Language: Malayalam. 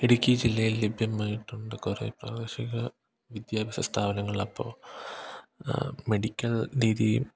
ഇടുക്കി ജില്ലയിൽ ലഭ്യമായിട്ടുണ്ട് കുറെ പ്രാദേശിക വിദ്യാഭ്യാസ സ്ഥാപനങ്ങൾ അപ്പോൾ മെഡിക്കൽ രീതിയും